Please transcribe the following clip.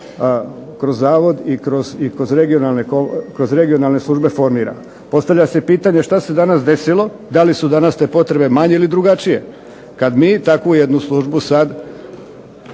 kroz zavod i kroz regionalne službe formira. Postavlja se pitanje šta se danas desilo, da li su danas te potrebe manje ili drugačije, kad mi takvu jednu službu sad